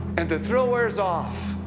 and the thrill wears off